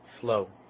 flow